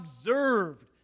observed